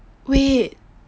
wait